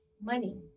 money